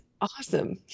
awesome